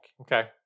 Okay